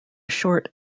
short